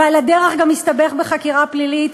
ועל הדרך גם הסתבך בחקירה פלילית,